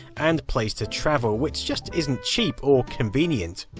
and place to travel which just isn't cheap or convenient.